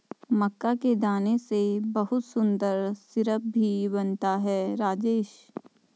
मक्का के दाने से बहुत सुंदर सिरप भी बनता है राजेश